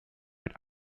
mit